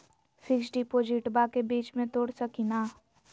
Fix डिपोजिटबा के बीच में तोड़ सकी ना?